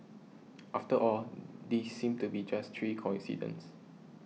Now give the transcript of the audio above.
after all these seem to be just three coincidences